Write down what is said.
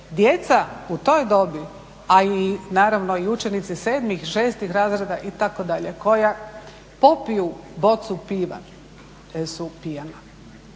Djeca u toj dobi, a i naravno i učenici sedmih, šestih razreda itd., koja popiju bocu piva su pijana